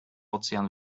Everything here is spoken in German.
ozean